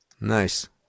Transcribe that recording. Nice